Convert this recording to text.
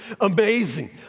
amazing